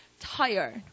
Tired